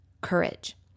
courage